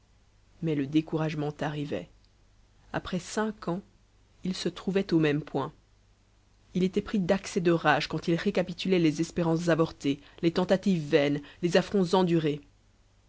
mais le découragement arrivait après cinq ans il se trouvait au même point il était pris d'accès de rage quand il récapitulait les espérances avortées les tentatives vaines les affronts endurés